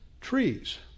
Trees